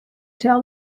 tell